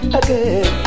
again